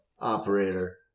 operator